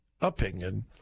opinion